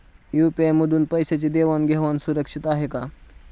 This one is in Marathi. यू.पी.आय मधून पैशांची देवाण घेवाण सुरक्षित आहे का?